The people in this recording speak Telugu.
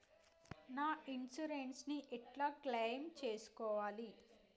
నా ఇన్సూరెన్స్ ని ఎట్ల క్లెయిమ్ చేస్కోవాలి?